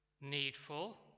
needful